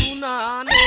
man